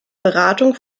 beratung